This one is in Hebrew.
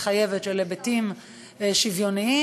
מחייבת של היבטים שוויוניים,